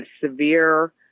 severe